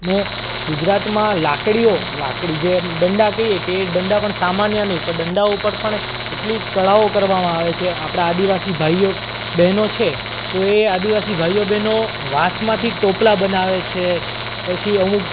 ને ગુજરાતમાં લાકડીઓ લાકડી જે દંડા કહીએ કે એ દંડા પણ સામાન્ય નહિ પણ દંડાઓ પર પણ એટલી કળાઓ કરવામાં આવે છે આપણા આદિવાસી ભાઈઓ બહેનો છે તો એ આદિવાસી ભાઈઓ બહેનો વાંસમાંથી ટોપલા બનાવે છે પછી અમુક